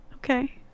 okay